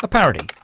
but parody,